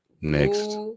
Next